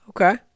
okay